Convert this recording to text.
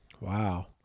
Wow